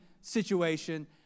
situation